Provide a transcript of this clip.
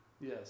Yes